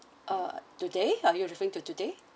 uh today are you referring to today